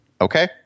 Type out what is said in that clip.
Okay